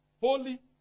Holy